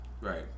Right